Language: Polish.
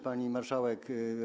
Pani Marszałek!